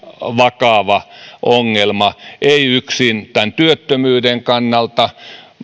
vakava ongelma ei yksin tämän työttömyyden kannalta